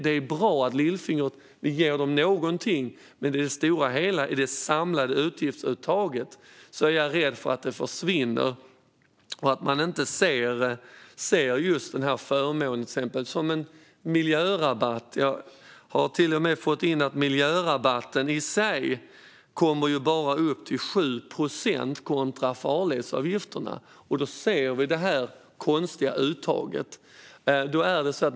Det är bra att vi ger dem någonting, men i det stora hela, i det samlade utgiftsuttaget, är jag rädd att det försvinner och att man inte ser den här förmånen, till exempel, som en miljörabatt. Jag har till och med fått in uppgifter om att miljörabatten i sig bara kommer upp till 7 procent kontra farledsavgifterna. Då ser vi det här konstiga uttaget.